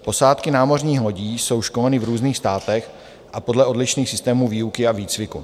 Posádky námořních lodí jsou školeny v různých státech a podle odlišných systémů výuky a výcviku.